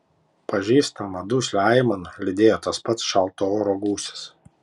pažįstamą duslią aimaną lydėjo tas pats šalto oro gūsis